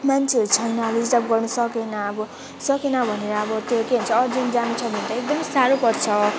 मान्छेहरू छैन अब रिजर्भ गर्नु सकेन अब सकेन भनेर अब त्यो के भन्छ अर्जेन्ट जानु छ भने त एकदम साह्रो पर्छ